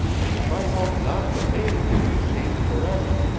and if i help not the maid she is shamed for ever,